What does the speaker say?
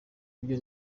byo